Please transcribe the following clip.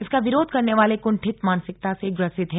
इसका विरोध करने वाले कुंठित मानसिकता से ग्रसित हैं